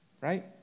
right